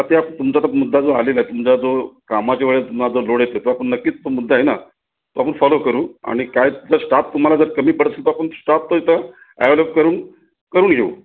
त्या तुमचा तो मुद्दा जो आलेला आहे तुमचा जो कामाच्या वेळेत तुम्हाला जो लोड येतो तो आपण नक्कीच तो मुद्दा आहे ना तो आपण फॉलो करू आणि काय तुमचा स्टाप तुम्हाला जर कमी पडत असेल तर आपण स्टाप ॲवेलेबल करून करून घेऊ